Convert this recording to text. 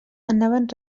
anaven